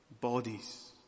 bodies